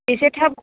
एसे थाब